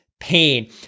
Pain